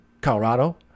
colorado